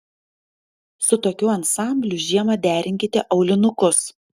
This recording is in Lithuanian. su tokiu ansambliu žiemą derinkite aulinukus